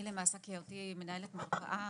אני למעשה כמנהלת מרפאה,